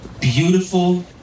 beautiful